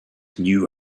knew